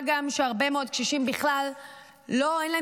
מה גם שלהרבה מאוד קשישים בכלל אין את